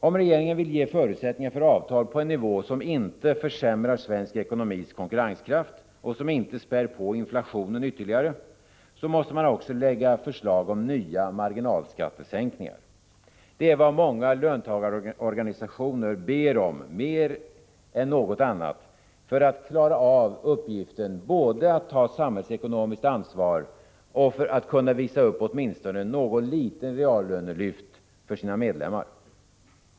Om regeringen vill ge förutsättningar för avtal på en nivå som inte försämrar svensk ekonomis konkurrenskraft och som inte spär på inflationen ytterligare, måste man också lägga fram förslag om nya marginalskattesänkningar. Det är vad många löntagarorganisationer ber om mer än något annat, för att klara av uppgiften att både ta samhällsekonomiskt ansvar och kunna visa upp åtminstone något litet reallönelyft för sina medlemmar.